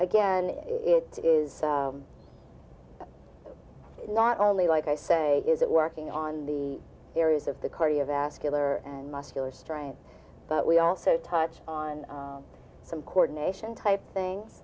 again it is not only like i say is it working on the areas of the cardiovascular and muscular strength but we also touch on some coordination type thing